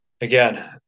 again